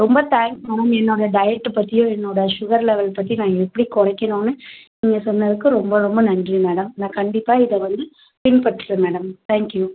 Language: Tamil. ரொம்ப தேங்க்ஸ் மேடம் என்னோடய டயட்டைப் பற்றியும் என்னோடய ஷூகர் லெவல் பற்றி நான் எப்படி குறைக்கணுன்னு நீங்கள் சொன்னதுக்கு ரொம்ப ரொம்ப நன்றி மேடம் நான் கண்டிப்பாக இதை வந்து பின்பற்றுவேன் மேடம் தேங்க் யூ